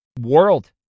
world